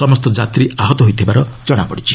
ସମସ୍ତ ଯାତ୍ରୀ ଆହତ ହୋଇଥିବାର ଜଣାପଡିଛି